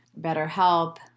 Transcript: BetterHelp